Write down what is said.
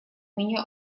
меня